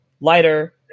lighter